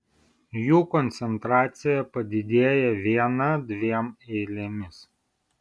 jų koncentracija padidėja viena dviem eilėmis